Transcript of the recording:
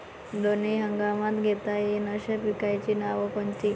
दोनी हंगामात घेता येईन अशा पिकाइची नावं कोनची?